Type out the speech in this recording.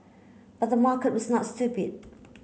but the market was not stupid